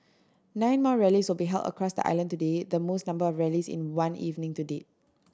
nine more rallies will be held across the island today the most number of rallies in one evening to date